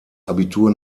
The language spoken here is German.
abitur